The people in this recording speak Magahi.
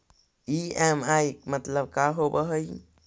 ई.एम.आई मतलब का होब हइ?